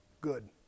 good